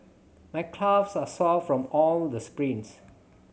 my calves are sore from all the sprints